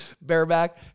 bareback